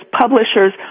publishers